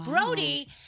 Brody